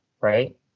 right